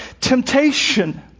temptation